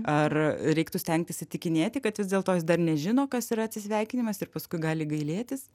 ar reiktų stengtis įtikinėti kad vis dėlto jis dar nežino kas yra atsisveikinimas ir paskui gali gailėtis